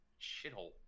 shithole